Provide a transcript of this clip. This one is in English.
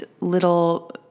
little